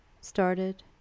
started